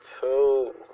Two